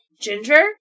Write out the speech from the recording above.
Ginger